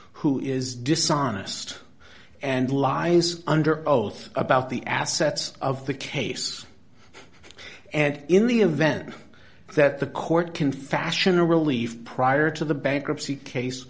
who is dishonest and lies under oath about the assets of the case and in the event that the court can fashion a relief prior to the bankruptcy case